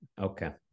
Okay